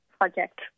project